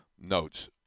notes